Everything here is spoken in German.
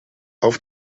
auf